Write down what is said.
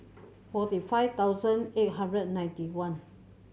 forty five thousand eight hundred and ninety one